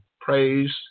praise